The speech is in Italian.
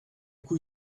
cui